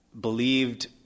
believed